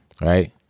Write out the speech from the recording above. right